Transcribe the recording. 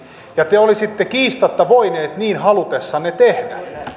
ja te te olisitte kiistatta voineet niin halutessanne